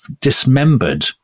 dismembered